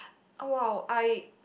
!wow! I